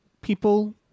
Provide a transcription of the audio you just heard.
people